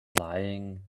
lying